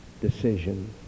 decision